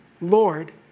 Lord